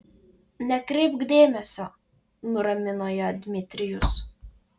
nekreipk dėmesio nuramino ją dmitrijus